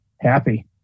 happy